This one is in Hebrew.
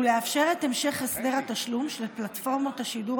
ולאפשר את המשך הסדר התשלום של פלטפורמות השידור